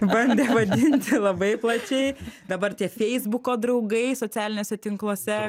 bandė vadinti labai plačiai dabar tie feisbuko draugai socialiniuose tinkluose